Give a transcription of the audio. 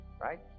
right